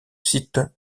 site